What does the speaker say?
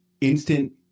instant